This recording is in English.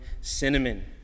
cinnamon